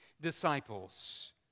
disciples